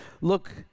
Look